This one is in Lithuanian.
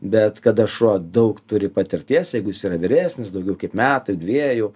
bet kada šuo daug turi patirties jeigu jis yra vyresnis daugiau kaip metai dviejų